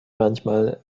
manchmal